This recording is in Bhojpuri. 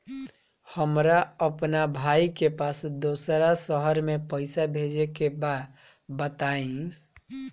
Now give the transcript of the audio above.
हमरा अपना भाई के पास दोसरा शहर में पइसा भेजे के बा बताई?